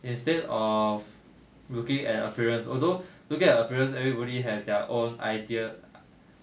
instead of looking at appearance although looking at appearance everybody have their own ideal